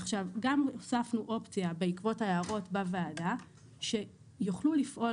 עכשיו גם הוספנו אופציה בעקבות ההערות בוועדה שיוכלו לפעול